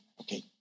okay